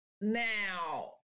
now